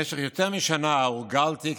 במשך יותר משנה הורגלתי,